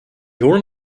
horn